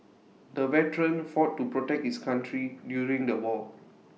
the veteran fought to protect his country during the war